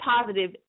positive